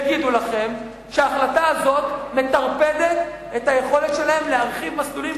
יגידו לכם שההחלטה הזאת מטרפדת את היכולת שלהם להרחיב מסלולים,